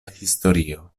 historio